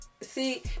See